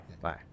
Bye